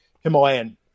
Himalayan